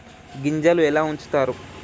గింజలు ఎలా ఉంచుతారు?